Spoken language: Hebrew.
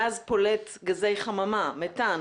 גז פולט גזי חממה, מתאן.